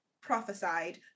prophesied